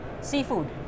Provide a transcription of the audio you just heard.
Seafood